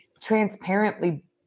transparently